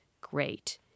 great